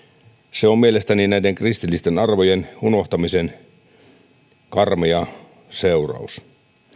se on mielestäni näiden kristillisten arvojen unohtamisen karmea seuraus